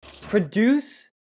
produce